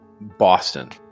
Boston